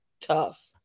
Tough